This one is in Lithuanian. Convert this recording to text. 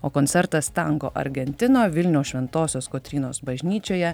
o koncertas tango argentina vilniaus šventosios kotrynos bažnyčioje